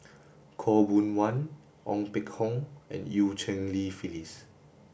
Khaw Boon Wan Ong Peng Hock and Eu Cheng Li Phyllis